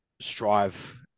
strive